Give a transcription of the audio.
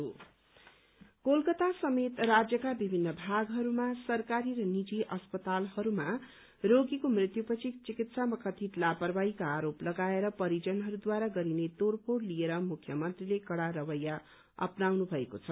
भेण्डालिजम कोलकता समेत राज्यका विभिन्न भागहरूमा सरकारी न नीजि अस्पतालहरूमा रोगीको मृत्यु पछि चिकित्सामा कथित लापरवाहीको आरोप लगाएर परिजनहरूद्वारा गरिने तोड़फोड़ लिएर मुख्यमन्त्रीले कड़ा रवैया अप्नाउनु भएको छ